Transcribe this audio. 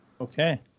Okay